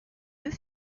deux